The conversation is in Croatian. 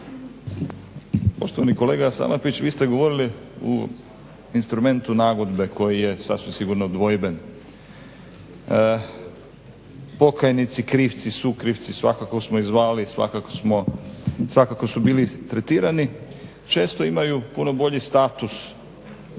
Poštovani kolega Salapić vi ste govorili u instrumentu nagodbe koji je sasvim sigurno dvojben, pokajnici, krivci, sukrivci svakako smo ih zvali, svakako su bili tretirani često imaju puno bolji status